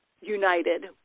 united